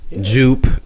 jupe